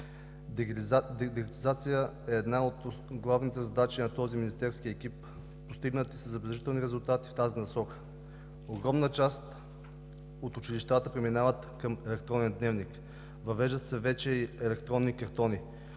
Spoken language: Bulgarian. Дигитализацията е една от главните задачи на този министерски екип, постигнати със забележителни резултати в тази насока. Огромна част от училищата преминават към електронния дневник. Въвеждат се вече и електронни картони.